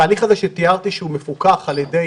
התהליך הזה שתיארתי שהוא מפוקח על ידי